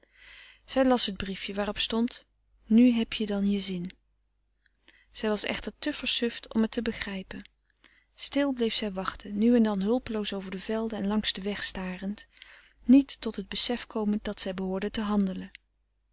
zij las het briefje waarop stond nu heb je dan je zin zij was echter te versuft om het te begrijpen stil bleef zij wachten nu en dan hulpeloos over de velden en langs den weg starend niet tot het besef komend dat zij behoorde te handelen